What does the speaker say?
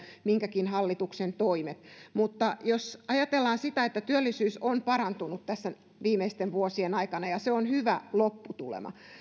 minkäkin hallituksen toimia mutta jos ajatellaan sitä että työllisyys on parantunut tässä viimeisten vuosien aikana ja se on hyvä lopputulema